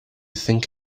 think